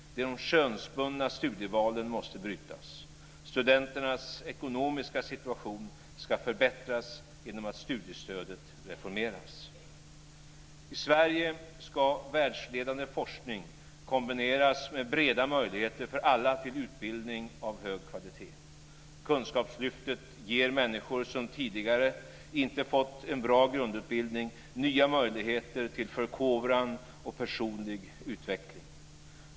De könsbundna studievalen måste brytas. Studenternas ekonomiska situation ska förbättras genom att studiestödet reformeras. I Sverige ska världsledande forskning kombineras med breda möjligheter för alla till utbildning av hög kvalitet. Kunskapslyftet ger de människor som tidigare inte fått en bra grundutbildning nya möjligheter till förkovran och personlig utveckling.